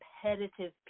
competitive